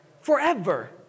Forever